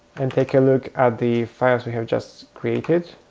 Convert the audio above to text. and take a look at the files we have just created.